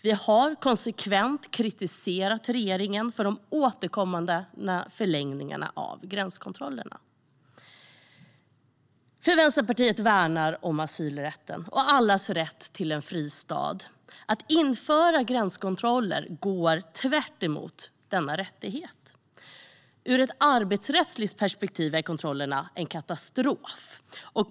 Vi har konsekvent kritiserat regeringen för de återkommande förlängningarna av gränskontrollerna. Vänsterpartiet värnar asylrätten och allas rätt till en fristad. Att införa gränskontroller går tvärtemot denna rättighet. Ur ett arbetsrättsligt perspektiv är kontrollerna en katastrof.